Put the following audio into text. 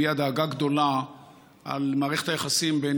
הביע דאגה גדולה על מערכת היחסים בין